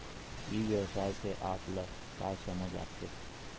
ई व्यवसाय से आप ल का समझ आथे?